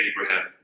Abraham